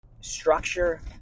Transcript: Structure